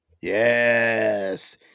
Yes